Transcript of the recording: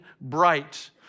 bright